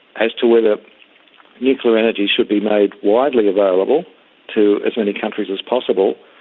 as to whether nuclear energy should be made widely available to as many countries as possible,